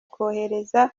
kohereza